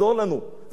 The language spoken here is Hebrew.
זה לא יעזור לנו,